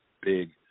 Big